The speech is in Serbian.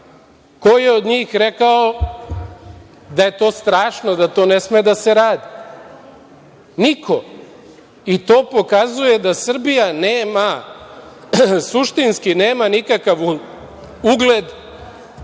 Koji je od njih rekao da je to strašno, da to ne sme da se radi? Niko. I to pokazuje da Srbija suštinski nema nikakav ugled na